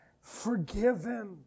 forgiven